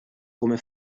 come